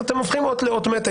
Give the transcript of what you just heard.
אז אתם הופכים אות לאות מתה,